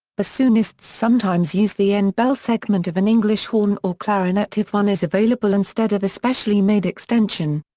bassoonists sometimes use the end bell segment of an english horn or clarinet if one is available instead of a specially made extension.